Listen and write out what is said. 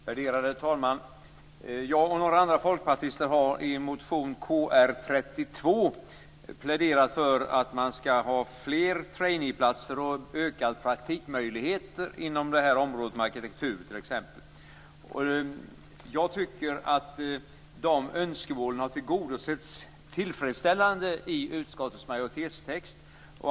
Värderade talman! Jag och några andra folkpartister har i en motion, Kr32, pläderat för att man skall ha fler trainee-platser och ökade praktikmöjligheter inom t.ex. arkitekturområdet. Jag tycker att de önskemålen har tillgodosetts tillfredsställande i utskottsmajoritetens text.